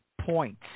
point